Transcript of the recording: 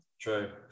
True